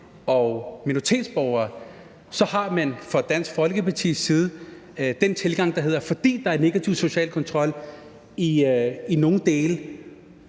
og minoritetsborgere, fra Dansk Folkepartis side har den tilgang, at man, fordi der er negativ social kontrol i nogle dele,